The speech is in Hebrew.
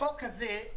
החוק הזה,